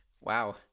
Wow